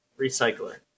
recycler